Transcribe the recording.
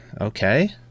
Okay